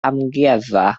amgueddfa